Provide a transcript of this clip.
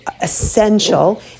essential